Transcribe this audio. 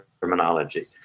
terminology